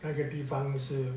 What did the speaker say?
那个地方是